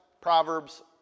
Proverbs